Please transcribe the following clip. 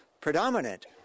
predominant